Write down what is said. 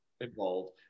involved